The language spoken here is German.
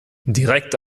direkt